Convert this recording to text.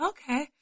Okay